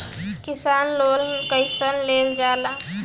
किसान लोन कईसे लेल जाला?